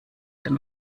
den